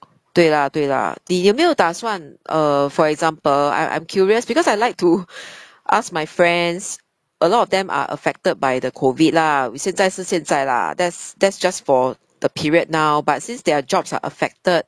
对啦对啦你有没有打算 err for example I'm I'm curious because I like to ask my friends a lot of them are affected by the COVID lah 现在是现在啦 that's that's just for the period now but since their jobs are affected